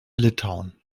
litauen